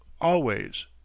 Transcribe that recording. Always